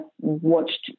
watched